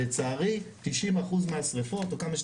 לצערי 90% מהשריפות או כמה שתגידו,